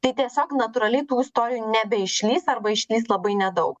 tai tiesiog natūraliai tų istorijų nebeišlįs arba išlys labai nedaug